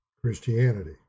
Christianity